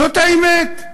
זאת האמת.